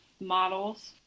models